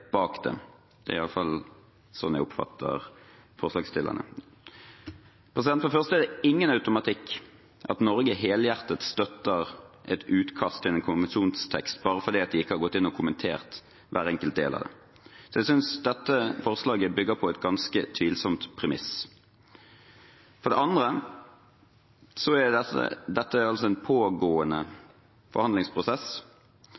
bak den. Det er i alle fall slik jeg oppfatter forslagsstillerne. For det første er det ingen automatikk i at Norge helhjertet støtter et utkast til en konvensjonstekst bare fordi man ikke har gått inn og kommentert hver enkelt del av den. Jeg synes dette forslaget bygger på et ganske tvilsomt premiss. For det andre er dette